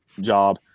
job